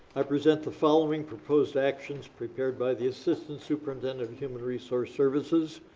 i present the following proposed actions prepared by the assistant superintendent of human resource services.